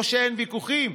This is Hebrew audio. לא שאין ויכוחים,